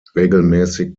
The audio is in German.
regelmäßig